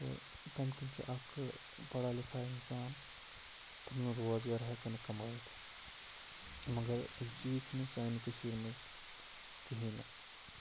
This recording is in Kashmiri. تہٕ تَمہِ کِنہِ چھِ اَکھٕ پَڑھا لِکھا اِنسان پَنُن روزگار ہٮ۪کان کَمٲیِتھ مگر یہِ چیٖز چھُنہٕ سانہِ کٔشیٖرِ منٛز کِہیٖنۍ نہٕ